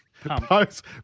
Post